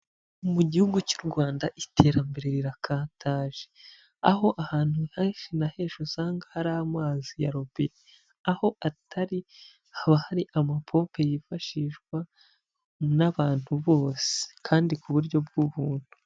Mu gihugu cy'urwanda iterambere rirakataje aho ahantu henshi na henshi usanga hari amazi ya robine, aho atari haba hari amapompe yifashishwa n'abantu bose kandi ku buryo bw'ubuntu.